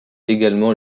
également